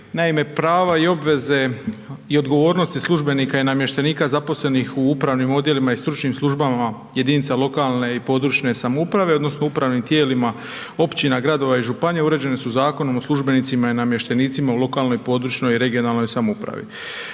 Naime, prava i obveze i odgovornosti službenika i namještenika zaposlenih u upravnim odjelima i stručnim službama jedinica lokalne i područne samouprave odnosno upravnim tijelima općina, gradova i županija uređene su Zakonom o službenicima i namještenicima u lokalnoj i područnoj (regionalnoj) samoupravi.